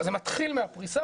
זה מתחיל מהפרישה,